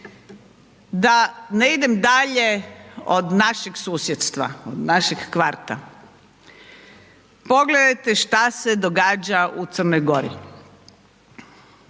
Da ne idem dalje od našeg susjedstva, od našeg kvarta, pogledajte šta se događa u Crnoj Gori,